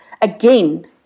again